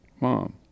mom